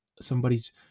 somebody's